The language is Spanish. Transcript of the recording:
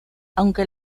aunque